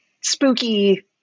spooky